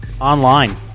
Online